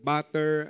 Butter